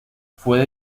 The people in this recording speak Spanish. fue